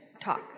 talk